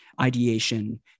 ideation